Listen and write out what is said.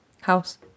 House